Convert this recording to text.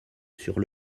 sur